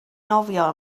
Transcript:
nofio